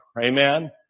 Amen